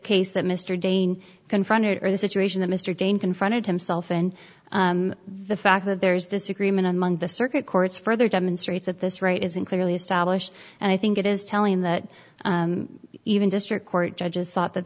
case that mr dane confronted or the situation that mr dane confronted himself and the fact that there's disagreement among the circuit courts further demonstrates that this right isn't clearly established and i think it is telling that even district court judges thought that